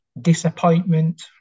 disappointment